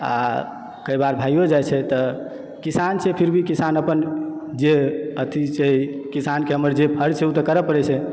आ कई बार भइयो जाइ छै तऽ किसान छै फिर भी किसान अपन जे अथी छै किसानके हमर जे फर्ज छै ओ तऽ करय पड़ैत छै